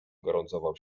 gorącował